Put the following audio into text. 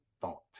thought